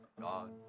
God